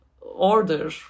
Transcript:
order